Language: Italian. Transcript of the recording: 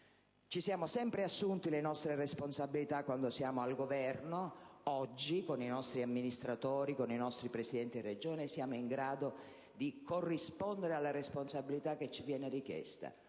ci assumiamo sempre le nostre responsabilità quando siamo al governo: oggi con i nostri amministratori e con i nostri presidenti di Regione siamo in grado di corrispondere alla responsabilità che ci viene richiesta.